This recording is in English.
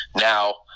now